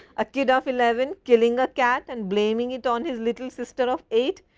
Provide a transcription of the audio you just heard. a kid of eleven, killing a cat and blaming it on his little sister of eight,